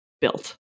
built